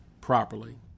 properly